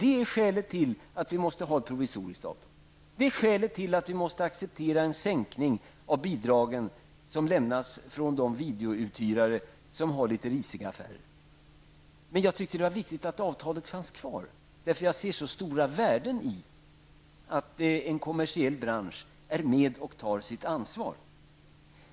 Detta är skälet till att vi måste ha ett provisoriskt avtal och att vi måste acceptera en sänkning av bidragen från de videouthyrare som har litet risiga affärer. Men jag tyckte att det var viktigt att avtalet fanns kvar, eftersom jag ser så stora värden i att en kommersiell bransch är med och tar sitt anvar.